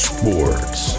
Sports